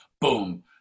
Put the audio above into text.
boom